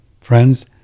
friends